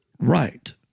Right